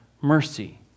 mercy